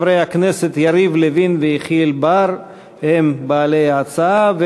חברי הכנסת יריב לוין ויחיאל בר הם בעלי ההצעה,